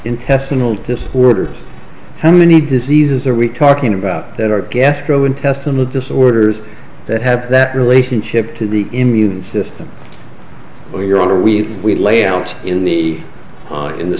intestinal to supporters how many diseases are we talking about that are gastrointestinal disorders that have that relationship to the immune system or your honor we we lay out in the in the